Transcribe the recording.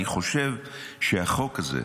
אני חושב שהחוק הזה,